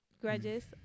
Grudges